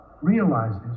realizes